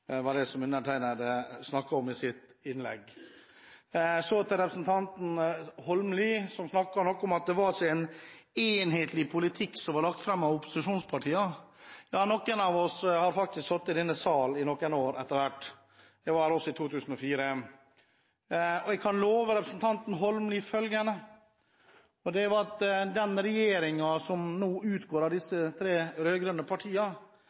Det var det jeg snakket om i mitt innlegg. Så til representanten Holmelid som snakket noe om at det ikke var en enhetlig politikk som ble lagt fram av opposisjonspartiene. Noen av oss har faktisk sittet i denne salen i noen år etter hvert – dette var altså i 2004 – og jeg kan love representanten Holmelid følgende: Da den regjeringen som utgår av disse tre rød-grønne partiene,